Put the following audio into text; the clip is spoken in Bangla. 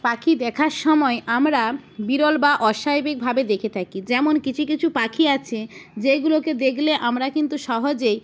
পাখি দেখার সময় আমরা বিরল বা অস্বাভাবিকভাবে দেখে থাকি যেমন কিছু কিছু পাখি আছে যেইগুলোকে দেখলে আমরা কিন্তু সহজেই